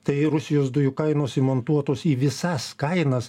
tai rusijos dujų kainos įmontuotos į visas kainas